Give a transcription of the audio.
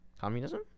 Communism